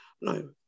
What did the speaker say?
No